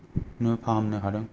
नो फाहामनो हादों